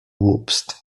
głupstw